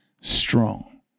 strong